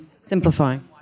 simplifying